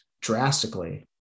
drastically